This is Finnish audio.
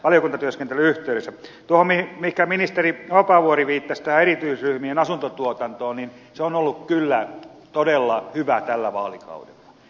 tuo erityisryhmien asuntotuotanto mihinkä ministeri vapaavuori viittasi on ollut kyllä todella hyvä tällä vaalikaudella